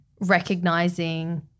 recognizing